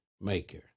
maker